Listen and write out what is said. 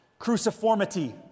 cruciformity